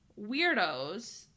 weirdos